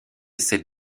sept